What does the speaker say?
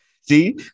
See